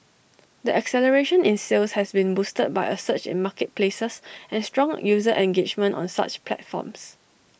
the acceleration in sales has been boosted by A surge in marketplaces and strong user engagement on such platforms